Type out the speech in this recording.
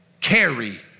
carry